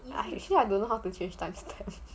I actually I don't know how to change time stamp